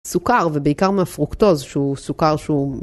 סוכר ובעיקר מהפרוקטוז שהוא סוכר שהוא..